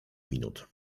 minut